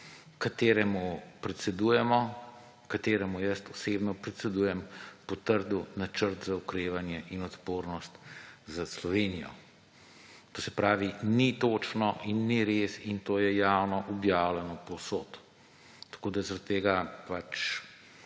kateremu predsedujemo, kateremu jaz osebno predsedujem, potrdil načrt za okrevanje in odpornost za Slovenijo. To se pravi, ni točno in ni res, in to je javno objavljeno povsod. Zaradi tega pač